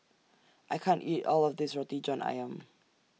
I can't eat All of This Roti John Ayam